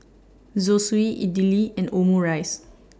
Zosui Idili and Omurice